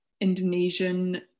Indonesian